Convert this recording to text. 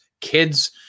kids